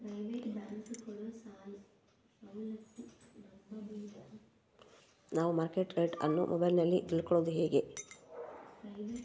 ನಾವು market rate ಅನ್ನು ಮೊಬೈಲಲ್ಲಿ ತಿಳ್ಕಳೋದು ಹೇಗೆ?